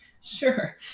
sure